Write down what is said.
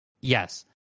Yes